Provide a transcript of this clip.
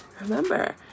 Remember